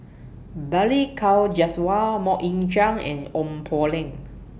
Balli Kaur Jaswal Mok Ying Jang and Ong Poh Lim